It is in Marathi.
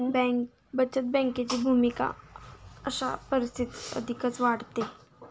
बचत बँकेची भूमिका अशा परिस्थितीत अधिकच वाढते